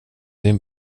din